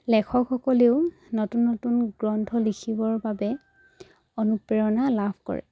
লেখকসকলেও নতুন নতুন গ্ৰন্থ লিখিবৰ বাবে অনুপ্ৰেৰণা লাভ কৰে